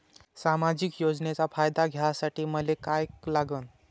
सामाजिक योजनेचा फायदा घ्यासाठी मले काय लागन?